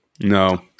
No